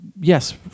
yes